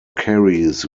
carries